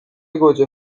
گوجه